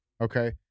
Okay